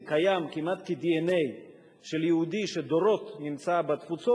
שקיים כמעט כ-DNA אצל יהודי שדורות נמצא בתפוצות,